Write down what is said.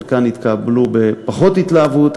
חלקם יתקבלו פחות בהתלהבות,